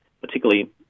particularly